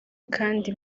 kandi